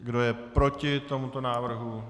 Kdo je proti tomuto návrhu?